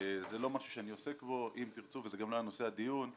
זה לא משהו שאני עוסק בו וזה גם לא נושא הדיון.